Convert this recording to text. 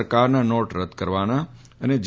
સરકારના નોટ રદ કરવાના તથા જી